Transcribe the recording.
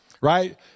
right